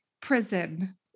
prison